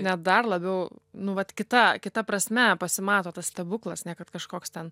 net dar labiau nu vat kita kita prasme pasimato tas stebuklas ne kad kažkoks ten